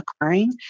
occurring